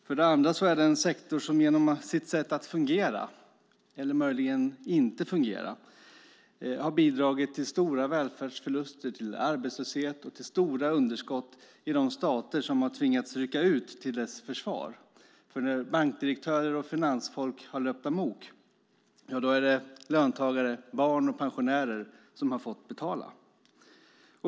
För det andra är det en sektor som genom sitt sätt att fungera - eller möjligen inte fungera - har bidragit till stora välfärdsförluster, arbetslöshet och stora underskott i de stater som tvingats rycka ut till dess försvar. När bankdirektörer och finansfolk har löpt amok är det löntagare, barn och pensionärer som fått betala.